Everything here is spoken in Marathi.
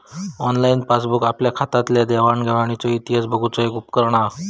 ऑनलाईन पासबूक आपल्या खात्यातल्या देवाण घेवाणीचो इतिहास बघुचा एक उपकरण हा